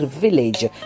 village